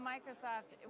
Microsoft